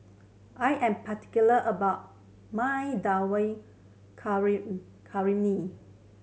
I am particular about my Dal